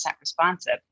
responsive